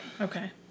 okay